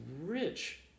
rich